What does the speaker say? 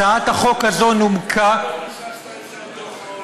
הצעת החוק הזאת נומקה, את זה על דוח העוני,